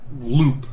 loop